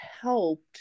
helped